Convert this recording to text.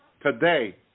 today